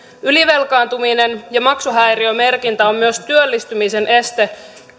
ylivelkaantuminen ja maksuhäiriömerkintä on myös työllistymisen este